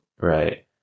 right